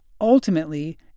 ultimately